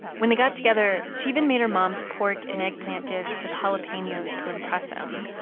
when they got together, she even made her mom's pork and eggplant dish with jalapenos to impress him.